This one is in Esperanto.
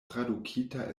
tradukita